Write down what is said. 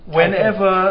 Whenever